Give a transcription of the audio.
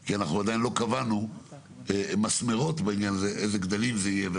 כי עדיין לא קבענו מסמרות בעניין: באיזה גדלים זה יהיה?